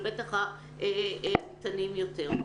ובטח הקטנים יותר.